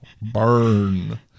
Burn